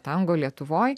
tango lietuvoj